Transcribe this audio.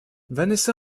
vanessa